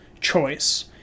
choice